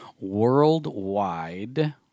worldwide